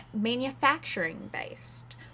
manufacturing-based